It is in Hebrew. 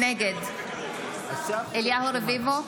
נגד אליהו רביבו,